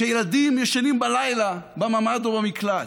כשילדים ישנים בלילה בממ"ד או במקלט?